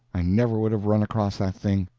i never would have run across that thing.